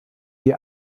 die